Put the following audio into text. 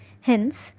hence